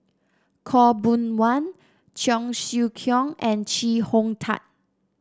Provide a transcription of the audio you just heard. Khaw Boon Wan Cheong Siew Keong and Chee Hong Tat